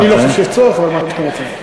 אני לא חושב שיש צורך, אבל מה שאתם רוצים.